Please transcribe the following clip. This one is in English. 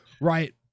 right